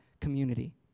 community